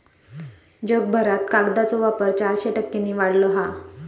जगभरात कागदाचो वापर चारशे टक्क्यांनी वाढलो हा